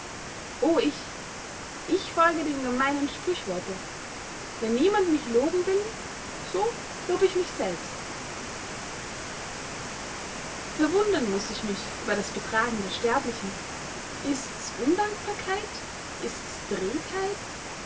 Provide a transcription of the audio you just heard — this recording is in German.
o ich ich folge dem gemeinen sprüchworte wenn niemand mich loben will so lob ich mich selbst verwundern muß ich mich über das betragen der sterblichen ists undankbarkeit ists trägheit